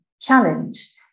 challenge